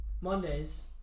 Mondays